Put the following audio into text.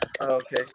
Okay